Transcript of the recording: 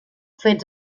fets